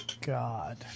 God